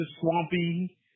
swampy